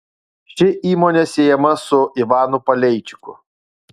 ši įmonė siejama su ivanu paleičiku